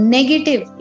Negative